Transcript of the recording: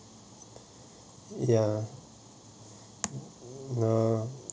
ya uh